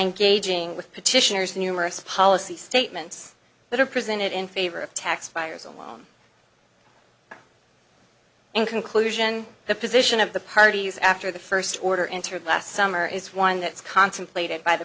engaging with petitioners numerous policy statements that are presented in favor of tax buyers on in conclusion the position of the parties after the first order entered last summer is one that is contemplated by the